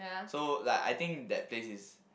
so like I think that place is